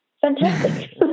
fantastic